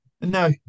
no